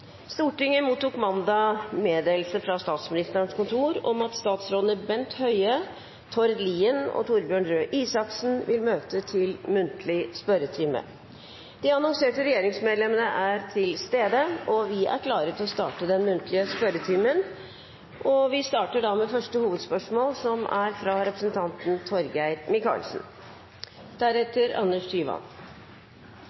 Stortinget mottok mandag meddelelse fra Statsministerens kontor om at statsrådene Bent Høie, Tord Lien og Torbjørn Røe Isaksen vil møte til muntlig spørretime. De annonserte regjeringsmedlemmene er til stede, og vi er klare til å starte den muntlige spørretimen. Vi starter med første hovedspørsmål, fra representanten Torgeir Micaelsen.